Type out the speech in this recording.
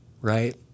right